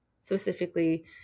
specifically